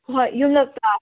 ꯍꯣꯏ ꯌꯨꯝꯂꯛꯇ